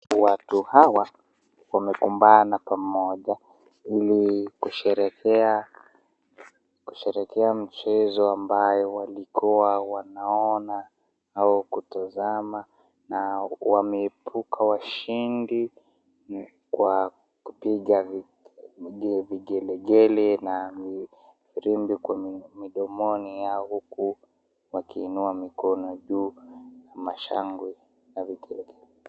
Watu hawa wamekumbana pamoja kusherehekea mchezo ambayo walikua wanaona au kutazama na wameibuka washindi kwa kupiga vigelegele na firimbi midimoni mwao huku wakiinua mikono yao juu kwa shangwe na vigelegele.